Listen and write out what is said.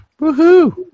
Woohoo